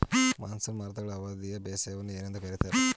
Monsoon ಮಾರುತಗಳ ಅವಧಿಯ ಬೇಸಾಯವನ್ನು ಏನೆಂದು ಕರೆಯುತ್ತಾರೆ?